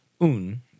Un